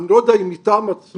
אני לא יודע אם מטעם עצמו,